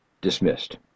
dismissed